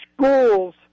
schools